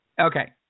okay